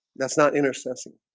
that's not intercessing